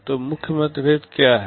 तो मुख्य मतभेद क्या हैं